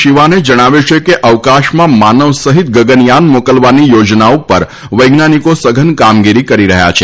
શિવાને જણાવ્યું છે કે અવકાશમાં માનવ સહિત ગગનથાન મોકલવાની યોજના ઉપર વૈજ્ઞાનિકો સધન કામગીરી કરી રહ્યા છે